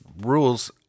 rules